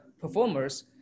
performers